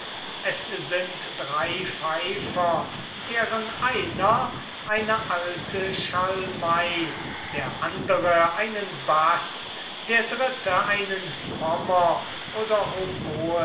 es sind drei pfeifer deren einer eine alte schalmei der andere einen baß der dritte einen pommer oder